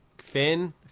Finn